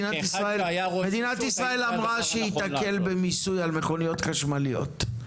אבל מדינת ישראל אמרה שהיא תקל במיסוי על מכוניות חשמליות,